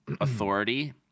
authority